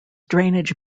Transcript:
drainage